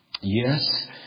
Yes